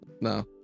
no